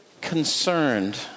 concerned